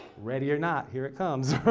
ready or not, here it comes, right?